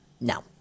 No